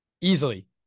easily